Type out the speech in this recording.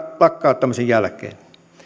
lakkauttamisen jälkeen